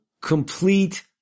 Complete